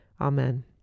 Amen